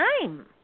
time